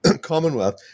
Commonwealth